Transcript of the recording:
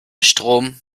strom